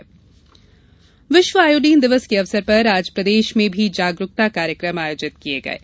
iodine दिवस विश्व iodine दिवस के अवसर पर आज प्रदेश में भी जागरुकता कार्यक्रम आयोजित किये जा रहे हैं